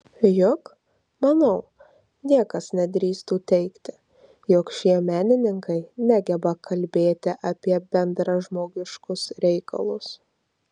juk manau niekas nedrįstų teigti jog šie menininkai negeba kalbėti apie bendražmogiškus reikalus